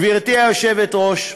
גברתי היושבת-ראש,